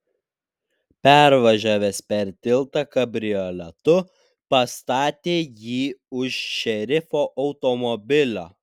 pervažiavęs per tiltą kabrioletu pastatė jį už šerifo automobilio